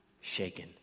shaken